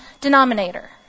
denominator